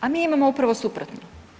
A mi imamo upravo suprotno.